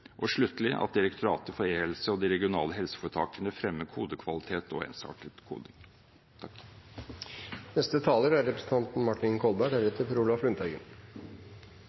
at Direktoratet for e-helse og de regionale helseforetakene fremmer kodekvalitet og ensartet koding.